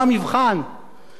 רבותי חברי הכנסת,